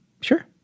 Sure